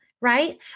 right